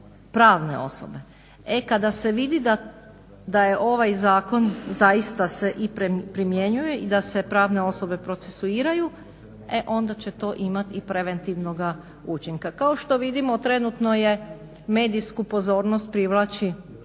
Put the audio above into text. pravne osobe. E kada se vidi da ovaj zakon zaista se i primjenjuje i da se pravne osobe procesuiraju e onda će to imat i preventivnog učinka. Kao što vidimo trenutno medijsku pozornost privlači